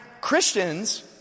Christians